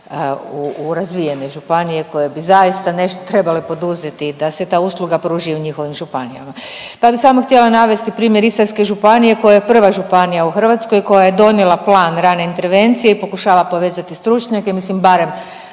u razvijene županije koje bi zaista nešto trebale poduzeti da se ta usluga pruži i u njihovim županijama. Pa bi smo htjela navesti primjer Istarske županije koja je prva županija u Hrvatskoj koja je donijela plan rane intervencije i pokušava povezati stručnjake